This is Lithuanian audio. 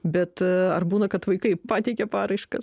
bet a ar būna kad vaikai pateikė paraiškas